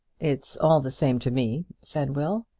it's all the same to me, said will.